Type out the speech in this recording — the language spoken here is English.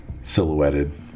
silhouetted